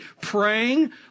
praying